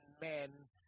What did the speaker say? men